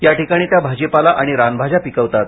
या ठिकाणी त्या भाजीपाला आणि रानभाज्या पिकवतात